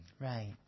Right